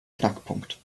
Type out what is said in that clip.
knackpunkt